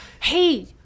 Hey